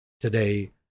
Today